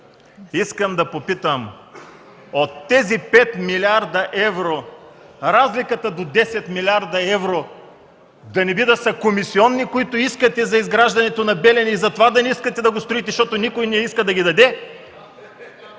искам да попитам: от тези 5 млрд. евро, разликата до 10 млрд. евро да не би да са комисионни, които искате за изграждането на „Белене”, и затова да не искате да го строите, защото никой не иска да ги даде?!